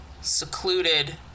secluded